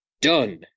Done